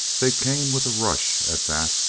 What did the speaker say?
they came with a rush, at that.